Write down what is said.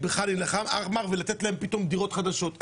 לחאן אל-אחמר ולתת להם דירות חדשות.